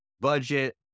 budget